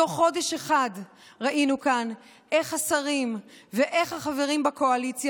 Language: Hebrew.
בתוך חודש אחד ראינו כאן איך השרים ואיך החברים בקואליציה